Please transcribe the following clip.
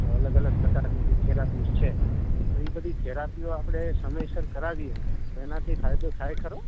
અલગ અલગ પ્રકારની જે થેરાપીઝ છે તો એ બધી થેરાપીઓ આપણે સમયસર કરાવીએ તો એનાથી ફાયદો થાય ખરો